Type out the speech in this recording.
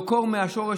לעקור מהשורש,